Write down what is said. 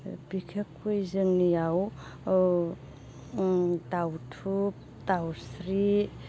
बिखेखख'य जोंनियाव औ ओम दाउथु दाउस्रि